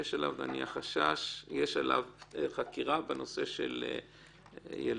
יש עליו חקירה בנושא של ילדים,